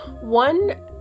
one